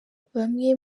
bamwe